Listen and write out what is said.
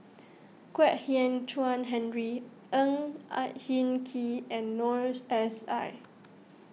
Kwek Hian Chuan Henry Ang I Hin Kee and Noor S I